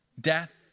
death